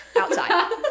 outside